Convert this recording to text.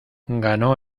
ganó